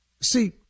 See